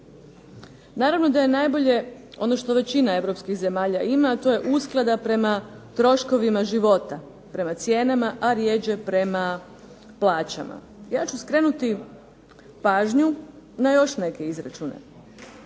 Naravno da je najbolje ono što većina europskih zemalja ima, a to je usklada prema troškovima života, prema cijenama, a rjeđe prema plaćama. Ja ću skrenuti pažnju na još neke izračune.